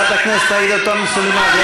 חברת הכנסת עאידה תומא סלימאן.